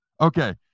Okay